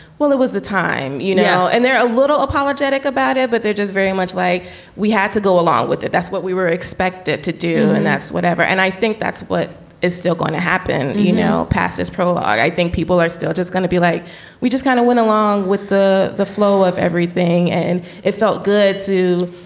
well, there was the time, you know, and they're a little apologetic about it, but they're just very much like we had to go along with it. that's what we were expected to do and that's whatever. and i think that's what is still going to happen. you know, past is prologue. i think people are still just gonna be like we just kind of went along with the the flow of everything and it felt good to